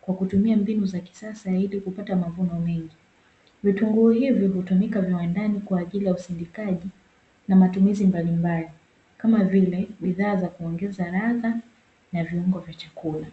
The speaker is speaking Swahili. kwa kutumia mbinu za kisasa ili kupata mavuno mengi. Vitunguu hivyo hutumika viwandani kwa ajili ya usindikaji na matumizi mbalimbali kama vile: bidhaa za kuongeza ladha na viungo vya chakula.